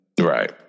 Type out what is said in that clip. Right